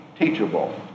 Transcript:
teachable